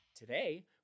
Today